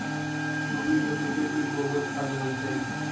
mummy बतअलई कि गोबरो खाद होई छई